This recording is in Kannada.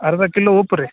ಅರ್ಧ ಕಿಲೋ ಉಪ್ಪು ರೀ